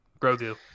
Grogu